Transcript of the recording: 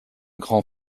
grand